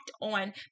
on